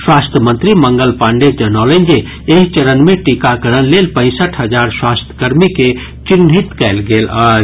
स्वास्थ्य मंत्री मंगल पाण्डेय जनौलनि जे एहि चरण मे टीकाकरण लेल पैंसठि हजार स्वास्थ्यकर्मी के चिन्हित कयल गेल अछि